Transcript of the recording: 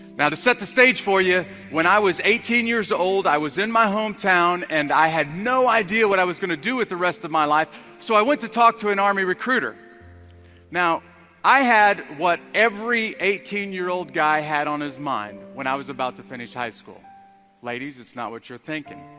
now to set the stage for you when i was eighteen years old i was in my hometown and? i had no idea what i was going to? do with the rest of my, life so i went to talk to an army recruiter now i had what every eighteen? year old guy had on his mind when i was about to finish, high school ladies it's not what you're thinking